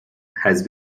has